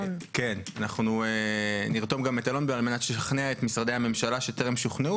נרתום את אלון לשכנע את משרדי הממשלה שטרם שוכנעו